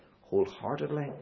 wholeheartedly